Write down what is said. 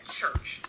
church